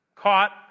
caught